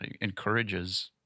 encourages